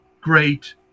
great